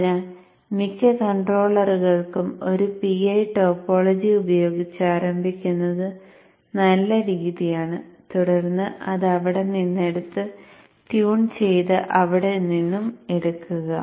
അതിനാൽ മിക്ക കൺട്രോളറുകൾക്കും ഒരു PI ടോപ്പോളജി ഉപയോഗിച്ച് ആരംഭിക്കുന്നത് നല്ല രീതിയാണ് തുടർന്ന് അത് അവിടെ നിന്ന് എടുത്ത് ട്യൂൺ ചെയ്ത് അവിടെ നിന്നും എടുക്കുക